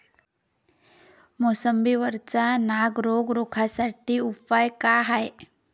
मोसंबी वरचा नाग रोग रोखा साठी उपाव का हाये?